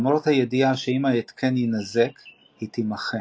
למרות הידיעה שאם ההתקן יינזק היא תימחק.